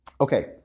okay